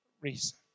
reason